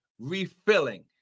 refilling